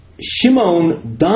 Shimon